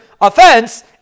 offense